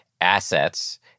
assets